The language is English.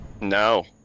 No